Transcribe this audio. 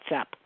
up